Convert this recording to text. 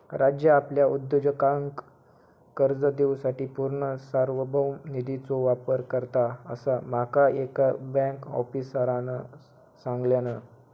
राज्य आपल्या उद्योजकांका कर्ज देवूसाठी पूर्ण सार्वभौम निधीचो वापर करता, असा माका एका बँक आफीसरांन सांगल्यान